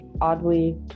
oddly